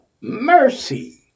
mercy